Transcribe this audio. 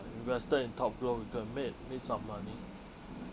invested in top glove we can make make some money